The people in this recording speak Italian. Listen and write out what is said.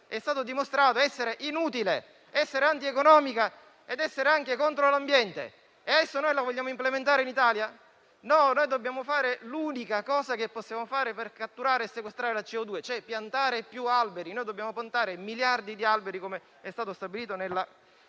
è stato dimostrato essere inutile, antieconomica e contro l'ambiente. E adesso noi vogliamo implementarla in Italia? No, noi dobbiamo attuare l'unica misura possibile per catturare e sequestrare la CO2 e cioè piantare più alberi. Dobbiamo piantare miliardi di alberi, come è stato stabilito nella